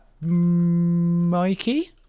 Mikey